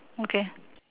okay